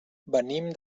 venim